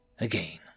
again